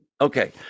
Okay